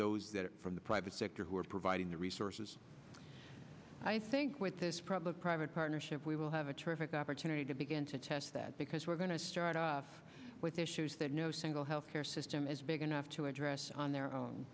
those that are from the private sector who are providing the resources i think with this problem private partnership we will have a terrific opportunity to begin to test that because we're going to start with issues that no single health care system is big enough to address on their own